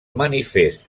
manifest